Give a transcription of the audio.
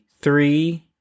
three